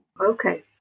okay